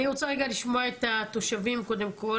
אני רוצה רגע לשמוע את התושבים קודם כל,